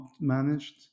managed